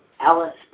Alice